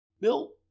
Bill